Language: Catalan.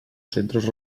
centres